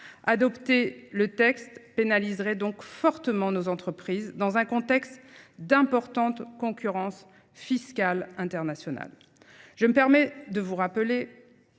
Adopter le texte pénaliserait donc fortement nos entreprises, dans un contexte d’importante concurrence fiscale internationale. Je me permets de vous rappeler